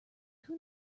who